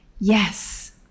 yes